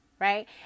right